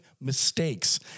mistakes